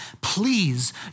please